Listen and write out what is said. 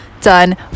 done